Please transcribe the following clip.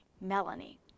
Melanie